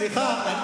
סליחה.